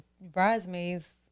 bridesmaids